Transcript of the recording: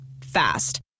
Fast